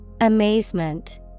Amazement